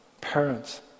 parents